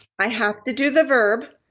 i have to do the verb.